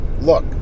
look